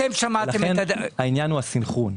העניין הוא הסנכרון.